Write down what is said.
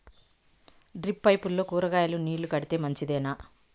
Drip పైపుల్లో కూరగాయలు నీళ్లు కడితే మంచిదేనా?